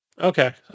Okay